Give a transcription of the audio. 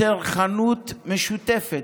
יותר חנות משותפת,